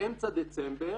אמצע דצמבר,